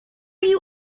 you